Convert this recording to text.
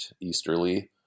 easterly